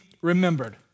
remembered